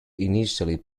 initially